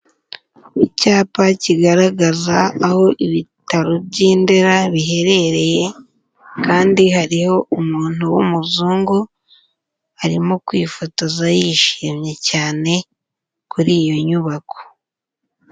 Icyapa kigaragaza aho ibitaro by'i Ndera biherereye kandi hariho umuntu w'umuzungu, arimo kwifotoza yishimye cyane, kuri iyo nyubako.